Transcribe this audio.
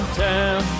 town